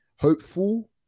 hopeful